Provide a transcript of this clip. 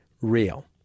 real